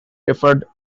referred